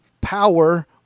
power